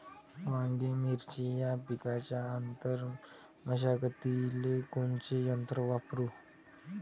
वांगे, मिरची या पिकाच्या आंतर मशागतीले कोनचे यंत्र वापरू?